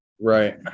right